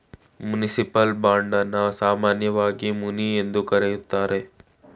municipal bond ಅನ್ನ ಸಾಮಾನ್ಯವಾಗಿ muni ಎಂದು ಕರೆಯುತ್ತಾರೆ